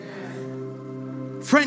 Friend